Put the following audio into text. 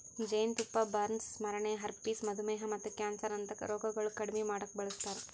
ಜೇನತುಪ್ಪ ಬರ್ನ್ಸ್, ಸ್ಮರಣೆ, ಹರ್ಪಿಸ್, ಮಧುಮೇಹ ಮತ್ತ ಕ್ಯಾನ್ಸರ್ ಅಂತಾ ರೋಗಗೊಳ್ ಕಡಿಮಿ ಮಾಡುಕ್ ಬಳಸ್ತಾರ್